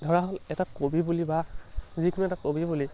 ধৰা হ'ল এটা কবি বুলি বা যিকোনো এটা কবি পুলি